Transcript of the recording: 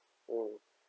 mm